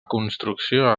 construcció